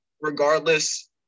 regardless